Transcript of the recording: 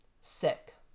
sick